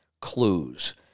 clues